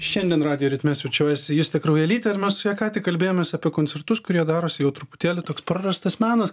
šiandien radijo ritme svečiuojasi justė kraujelytė ir mes su ja ką tik kalbėjomės apie koncertus kurie darosi jau truputėlį toks prarastas menas